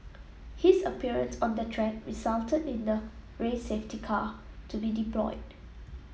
his appearance on the track resulted in the race safety car to be deployed